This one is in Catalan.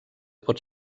pot